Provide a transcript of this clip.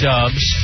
Dubs